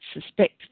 suspect